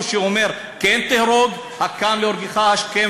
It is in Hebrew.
לא ראינו לנכון לקצר את זה,